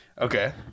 Okay